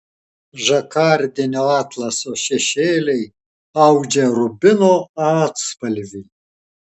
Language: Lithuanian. žakardinio atlaso šešėliai audžia rubino atspalvį